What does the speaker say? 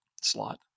slot